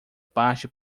parte